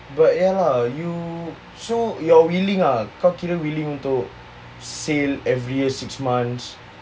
but ya lah you so you are willing lah kau kira willing untuk sail every year six months